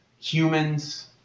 humans